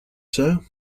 sir